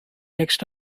next